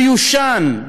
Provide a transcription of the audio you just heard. מיושן?